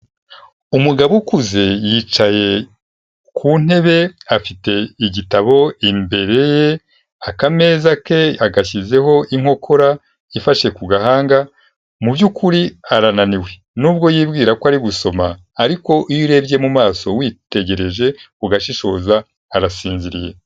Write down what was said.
Umugabo ukuze yicaye ku ntebe afite igitabo imbere ye, akameza ke agashyizeho inkokora ifashe ku gahanga, mu by'ukuri arananiwe nubwo yibwira ko ari gusoma ariko iyo urebye mu maso witegereje ugashishoza arasinziriye.